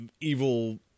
evil